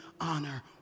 honor